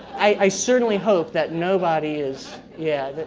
i certainly hope that nobody is, yeah,